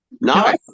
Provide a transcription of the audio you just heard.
No